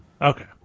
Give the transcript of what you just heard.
Okay